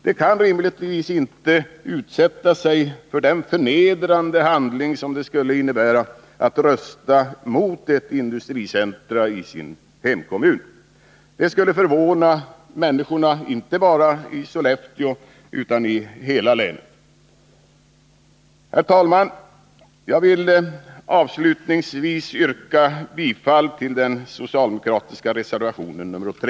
De kan rimligtvis inte utsätta sig för den förnedrande handling som det skulle innebära att rösta mot ett industricentrum i hemkommunen. Det skulle förvåna människorna, inte bara i Sollefteå utan i hela länet. Herr talman! Jag vill avslutningsvis yrka bifall till den socialdemokratiska reservationen 3.